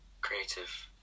creative